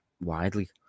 widely